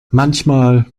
manchmal